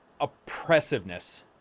oppressiveness